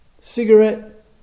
Cigarette